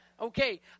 Okay